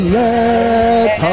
let